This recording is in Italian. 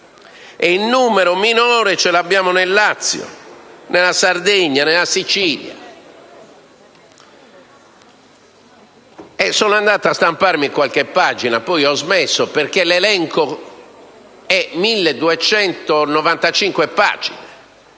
il numero minore lo troviamo nel Lazio, nella Sardegna e nella Sicilia. Sono andato a stamparmi qualche pagina, ma poi ho smesso, perché l'elenco è di 1.295 pagine.